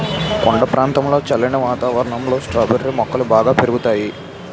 కొండ ప్రాంతంలో చల్లని వాతావరణంలో స్ట్రాబెర్రీ మొక్కలు బాగా పెరుగుతాయి